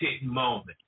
moment